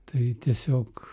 tai tiesiog